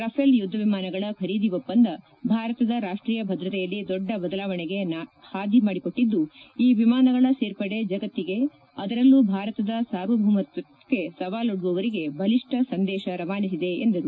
Rafale ಯುದ್ಧ ವಿಮಾನಗಳ ಖರೀದಿ ಒಪ್ಪಂದ ಭಾರತದ ರಾಷ್ಟೀಯ ಭದ್ರತೆಯಲ್ಲಿ ದೊಡ್ಡ ಬದಲಾವಣೆಗೆ ಪಾದಿ ಮಾಡಿಕೊಟ್ಟಿದ್ದು ಈ ವಿಮಾನಗಳ ಸೇರ್ಪಡೆ ಜಗತ್ತಿಗೆ ಅದರಲ್ಲೂ ಭಾರತದ ಸಾರ್ವಭೌಮತ್ವಕ್ಕೆ ಸವಾಲೊಡ್ಡುವವರಿಗೆ ಬಲಿಷ್ಠ ಸಂದೇಶ ರವಾನಿಸಿದೆ ಎಂದರು